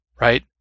right